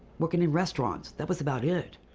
working in restaurants, that was about it.